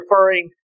referring